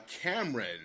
Cameron